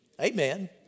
amen